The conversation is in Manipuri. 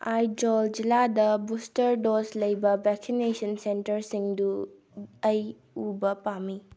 ꯑꯥꯏꯖꯣꯜ ꯖꯤꯜꯂꯥꯗ ꯕꯨꯁꯇꯔ ꯗꯣꯖ ꯂꯩꯕ ꯚꯦꯛꯁꯤꯅꯦꯁꯟ ꯁꯦꯟꯇꯔꯁꯤꯡꯗꯨ ꯑꯩ ꯎꯕ ꯄꯥꯝꯃꯤ